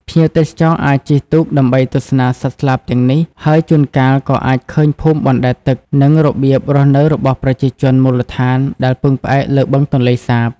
ភ្ញៀវទេសចរអាចជិះទូកដើម្បីទស្សនាសត្វស្លាបទាំងនេះ ហើយជួនកាលក៏អាចឃើញភូមិបណ្តែតទឹក និងរបៀបរស់នៅរបស់ប្រជាជនមូលដ្ឋានដែលពឹងផ្អែកលើបឹងទន្លេសាប។